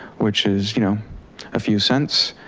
which is you know a few cents.